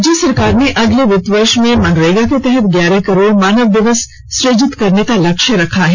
राज्य सरकार ने अगले वित्तीय वर्ष में मनरेगा के तहत ग्यारह करोड़ मानव दिवस सुजित करने का लक्ष्य निर्धारित किया है